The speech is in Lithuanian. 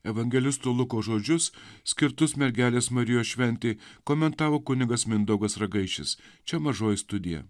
evangelisto luko žodžius skirtus mergelės marijos šventei komentavo kunigas mindaugas ragaišis čia mažoji studija